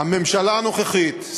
הממשלה הנוכחית,